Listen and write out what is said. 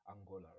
Angola